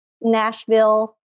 Nashville